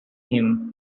him